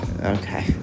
okay